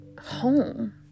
home